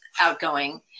outgoing